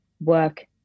work